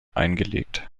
eingelegt